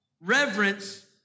reverence